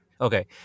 Okay